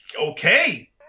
Okay